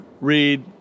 read